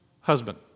husband